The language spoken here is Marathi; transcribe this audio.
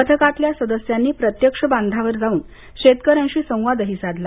पथकातल्या सदस्यांनी प्रत्यक्ष बांधावर जाऊन शेतकऱ्यांशी संवादही साधला